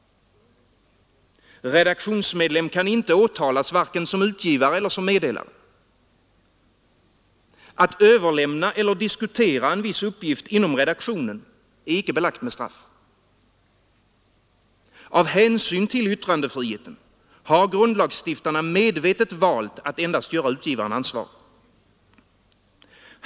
Redaktionsmedlemmen kan inte åtalas vare sig som utgivare eller som meddelare. Att överlämna eller diskutera en viss uppgift inom redaktionen är inte belagt med straff. Av hänsyn till yttrandefriheten har grundlagsstiftarna medvetet valt att endast göra utgivaren ansvarig.